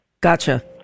Gotcha